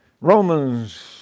Romans